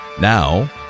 Now